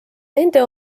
nende